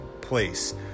place